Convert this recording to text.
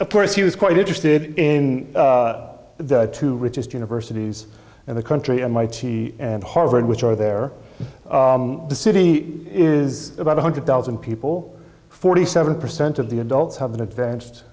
of course he was quite interested in the two richest universities in the country mit and harvard which are there the city is about one hundred thousand people forty seven percent of the adults have an advanced